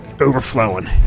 overflowing